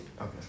okay